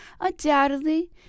Undoubtedly